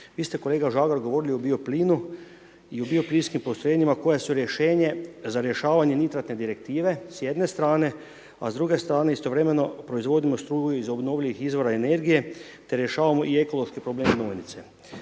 Vi ste kolega Žagar govorili o bioplinu i o bioplinskim postrojenjima koje su rješenje za rješavale nitratne direktive s jedne strane, a s druge strane istovremeno, proizvodimo struju iz obnovljivih izbora energije, te rješavamo i ekološke probleme gnojnice.